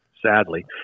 Sadly